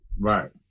right